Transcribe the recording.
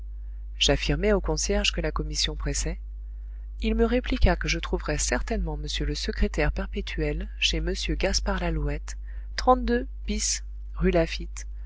j'affirmai au concierge que la commission pressait il me répliqua que je trouverais certainement m le secrétaire perpétuel chez m gaspard lalouette bis rue laffitte